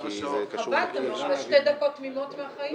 11:00.